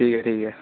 ठीक ऐ ठीक ऐ